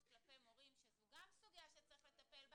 כלפי מורים שזו גם סוגיה שצריך לטפל בה,